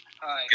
Hi